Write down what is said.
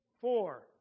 Four